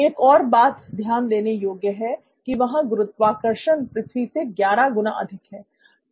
एक और बात ध्यान देने योग्य है कि वहां गुरुत्वाकर्षण पृथ्वी से 11 गुना अधिक है